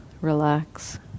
relax